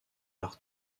par